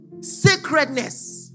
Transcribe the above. Sacredness